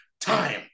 time